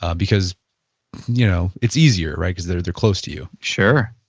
ah because you know it's easier because they're they're close to you sure.